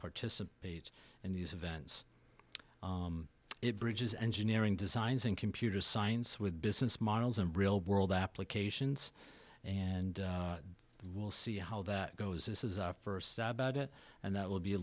participate in these events it bridges engineering designs in computer science with business models and real world applications and we'll see how that goes this is our first stab at it and that will be